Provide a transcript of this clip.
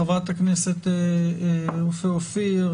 חברת הכנסת רופא אופיר,